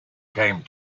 came